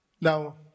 now